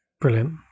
Brilliant